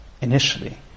initially